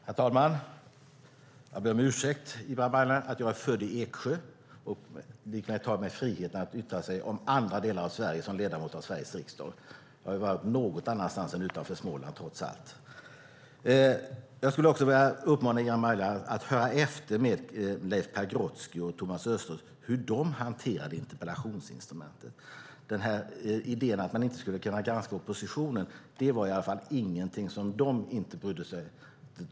Herr talman! Jag ber om ursäkt, Ibrahim Baylan, för att jag är född i Eksjö och likväl, som ledamot av Sveriges riksdag, tar mig friheten att yttra mig om andra delar av Sverige. Jag har trots allt även varit utanför Småland. Jag skulle vilja uppmana Ibrahim Baylan att höra efter med Leif Pagrotsky och Thomas Östros hur de hanterade interpellationsinstrumentet. Idén att man inte skulle kunna granska oppositionen var ingenting som de brydde sig om.